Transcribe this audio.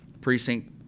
precinct